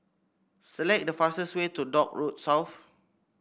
select the fastest way to Dock Road South